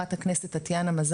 רשות הדיבור לח"כ טטיאנה מזרסקי.